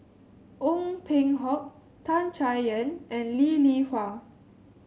Ong Peng Hock Tan Chay Yan and Lee Li Hui